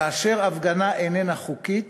כאשר הפגנה איננה חוקית